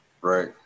right